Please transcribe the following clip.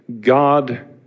God